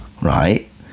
right